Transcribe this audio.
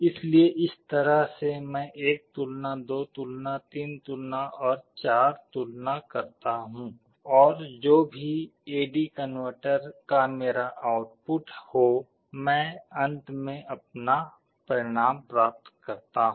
इसलिए इस तरह से मैं 1 तुलना 2 तुलना 3 तुलना और 4 तुलना करता हूं और जो भी ए डी कनवर्टर का मेरा आउटपुट हो मैं अंत में अपना परिणाम प्राप्त करता हूं